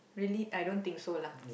really I don't think so lah